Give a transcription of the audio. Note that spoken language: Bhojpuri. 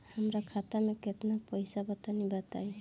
हमरा खाता मे केतना पईसा बा तनि बताईं?